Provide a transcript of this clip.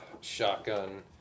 shotgun